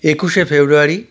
একুশে ফেব্রুয়ারি